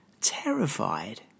terrified